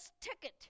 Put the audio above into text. ticket